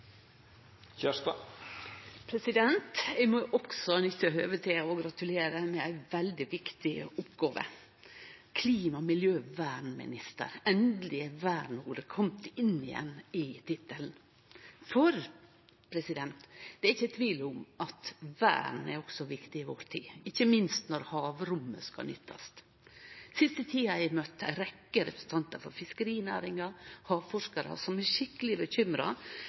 Eg må også nytte høvet til å gratulere med ei veldig viktig oppgåve. «Klima- og miljøvernminister» – endeleg er «vern»-ordet kome inn igjen i tittelen. For det er ikkje tvil om at også vern er viktig i vår tid, ikkje minst når havrommet skal bli nytta. Den siste tida har eg møtt ei rekkje representantar for fiskerinæringa og havforskarar som er skikkeleg bekymra